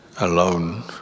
alone